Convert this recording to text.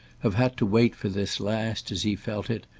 have had to wait for this last, as he felt it,